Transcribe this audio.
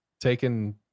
taking